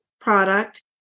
product